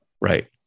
Right